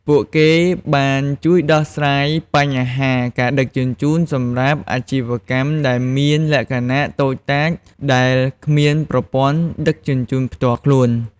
ពួកគេបានជួយដោះស្រាយបញ្ហាការដឹកជញ្ជូនសម្រាប់អាជីវកម្មដែលមានលក្ខណៈតូចតាចដែលគ្មានប្រព័ន្ធដឹកជញ្ជូនផ្ទាល់ខ្លួន។